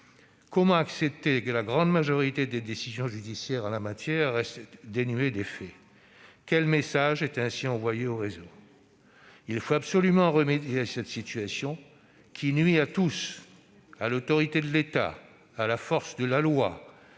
Comment accepter que la grande majorité des décisions judiciaires en la matière restent dénuées d'effet ? Quel message est ainsi envoyé aux réseaux ?